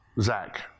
Zach